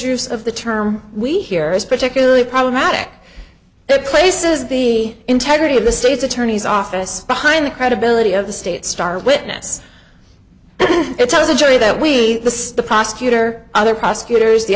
use of the term we hear is particularly problematic it places the integrity of the state's attorney's office behind the credibility of the state's star witness it tells the jury that we the prosecutor other prosecutors the